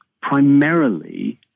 primarily